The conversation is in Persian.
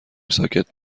ساکت